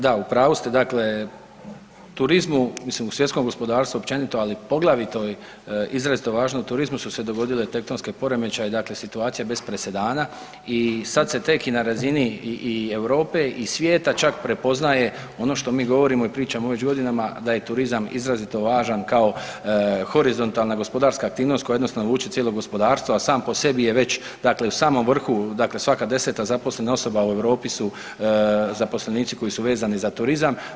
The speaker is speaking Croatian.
Da, u pravu ste, dakle u turizmu, mislim u svjetskom gospodarstvu općenito, ali poglavito i izrazito važno u turizmu su se dogodili tektonski poremećaji, dakle situacija bez presedana i sad se tek i na razini i Europe i svijeta čak prepoznaje ono što mi govorimo i pričamo već godinama da je turizam izrazito važan kao horizontalna gospodarska aktivnost koja jednostavno vuče cijelo gospodarstvo a sam po sebi je već dakle u samom vrhu, dakle svaka 10. zaposlena osoba u Europi su zaposlenici koji su vezani za turizam.